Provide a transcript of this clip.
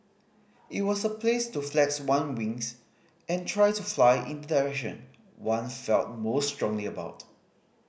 it was a place to flex one wings and try to fly in the direction one felt most strongly about